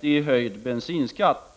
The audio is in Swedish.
kr. i höjd bensinskatt.